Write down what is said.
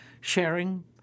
sharing